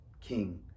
king